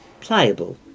pliable